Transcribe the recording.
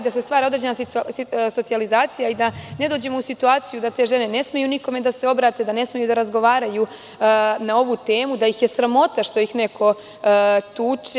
Da se stvara određena socijalizacija i da ne dođemo u situaciju da te žene ne smeju nikome da se obrati, da ne smeju da razgovaraju na ovu temu, da ih je sramota što je neko tuče.